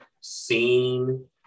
seen